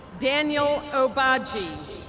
daniel obaji,